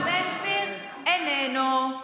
והשר בן גביר, איננו.